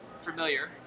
familiar